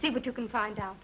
see what you can find out